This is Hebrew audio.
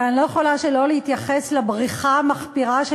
אבל אני לא יכולה שלא להתייחס לבריחה המחפירה של